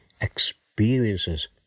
experiences